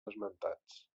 esmentats